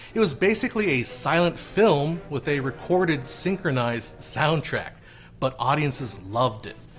it was basically a silent film with a recorded synchronized sound track but audiences loved it.